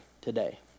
today